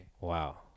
Wow